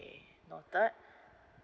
noted